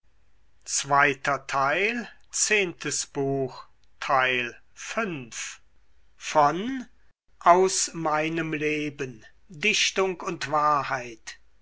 goethe aus meinem leben dichtung und wahrheit